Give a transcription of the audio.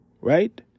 right